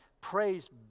praised